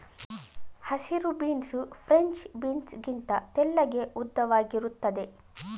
ಹಸಿರು beans French beans ಗಿಂತ ತೆಳ್ಳಗೆ ಉದ್ದವಾಗಿರುತ್ತದೆ